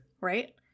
right